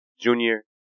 junior